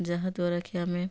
ଯାହା ଦ୍ୱାରାକି ଆମେ